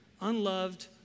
unloved